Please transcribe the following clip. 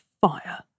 FIRE